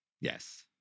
Yes